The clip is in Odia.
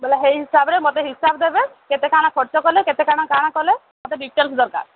ବୋଇଲେ ସେଇ ହିସାବରେ ମୋତେ ହିସାବ ଦେବେ କେତେ କାଣା ଖର୍ଚ୍ଚ କଲେ କେତେ କାଣା କାଣା କଲେ ମୋତେ ଡିଟେଲ୍ସ ଦରକାର